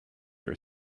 your